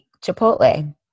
Chipotle